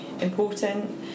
important